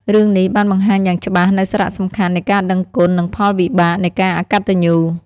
រឿងនេះ បានបង្ហាញយ៉ាងច្បាស់នូវសារៈសំខាន់នៃការដឹងគុណនិងផលវិបាកនៃការអកតញ្ញូ។